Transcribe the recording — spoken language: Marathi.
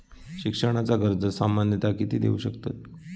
शिक्षणाचा कर्ज सामन्यता किती देऊ शकतत?